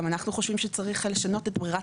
גם אנחנו חושבים שצריך לשנות את בררת